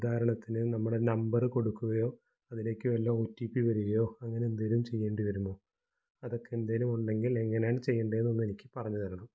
ഉദാഹരണത്തിന് നമ്മുടെ നമ്പര് കൊടുക്കുകയോ അതിലേക്ക് വല്ല ഒ റ്റി പി വരികയോ അങ്ങനെ എന്തേലും ചെയ്യേണ്ടി വരുമോ അതൊക്കെ എന്തേലും ഉണ്ടെങ്കിൽ എങ്ങനാണ് ചെയ്യണ്ടേന്നൊന്ന് എനിക്ക് പറഞ്ഞ് തരണം